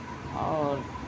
اور